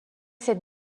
cette